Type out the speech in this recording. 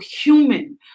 human